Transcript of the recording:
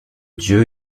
dieu